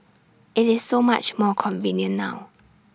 IT is so much more convenient now